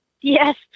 Yes